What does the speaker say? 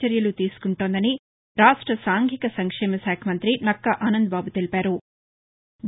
చర్యలూ తీసుకుంటోందని రాష్ట సాంఘిక సంక్షేమ శాఖ మంతి నక్కా ఆనందబాబు తెలిపారు